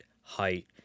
height